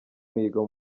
mihigo